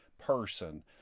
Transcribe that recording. person